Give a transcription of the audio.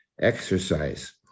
exercise